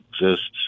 exists